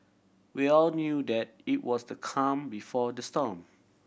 we all knew that it was the calm before the storm